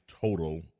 total